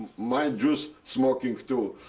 my jews smoking too.